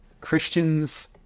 Christians